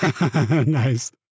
Nice